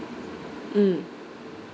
mm